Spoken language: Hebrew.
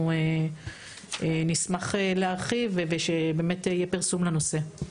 ונשמח להרחיב ושיהיה פרסום לנושא.